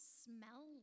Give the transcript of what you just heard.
smell